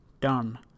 done